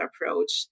approach